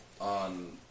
on